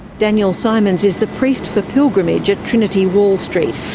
daniel simons is the priest for pilgrimage at trinity wall street,